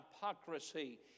hypocrisy